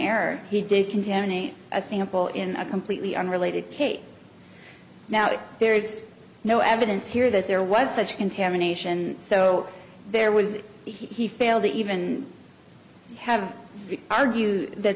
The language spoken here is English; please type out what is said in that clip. error he did contaminate a sample in a completely unrelated case now that there is no evidence here that there was such contamination so there was the he failed to even have argued that